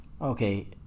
Okay